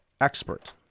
expert